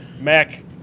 mac